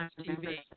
TV